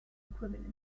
equivalent